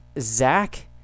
Zach